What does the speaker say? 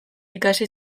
ikasi